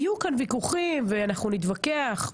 יהיו כאן ויכוחים ונתווכח.